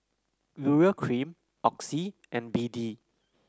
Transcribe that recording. Urea Cream Oxy and B D